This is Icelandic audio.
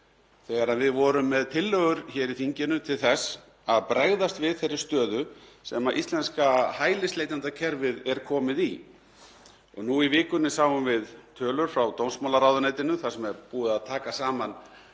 þegar við vorum með tillögur hér í þinginu til þess að bregðast við þeirri stöðu sem íslenska hælisleitendakerfið er komið í. Nú í vikunni sáum við tölur frá dómsmálaráðuneytinu þar sem er búið að taka saman